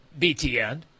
BTN